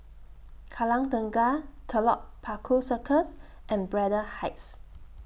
Kallang Tengah Telok Paku Circus and Braddell Heights